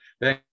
Thank